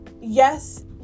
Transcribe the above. yes